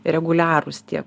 reguliarūs tie